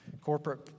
Corporate